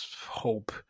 hope